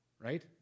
right